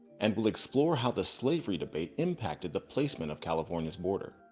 and we'll explore how the slavery debate impacted the placement of california's border.